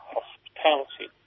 Hospitality